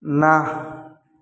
ନା